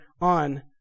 on